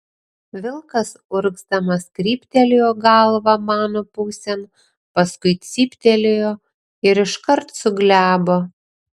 vilkas urgzdamas kryptelėjo galvą mano pusėn paskui cyptelėjo ir iškart suglebo